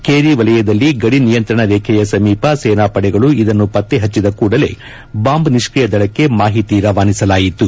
ಕೇರಿ ವಲಯದಲ್ಲಿ ಗದಿನಿಯಂತ್ರಣ ರೇಖೆಯ ಸಮೀಪ ಸೇನಾಪಡೆಗಳು ಇದನ್ನು ಪತ್ತೆಹಚ್ಚಿದ ಕೂಡಲೆ ಬಾಂಬ್ ನಿಷ್ಕಿ ಯದಳಕ್ಕೆ ಮಾಹಿತಿ ರವಾನಿಸಲಾಯಿತು